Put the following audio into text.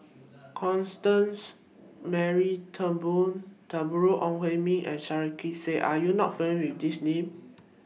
Constance Mary Turnbull Deborah Ong Hui Min and Sarkasi Said Are YOU not familiar with These Names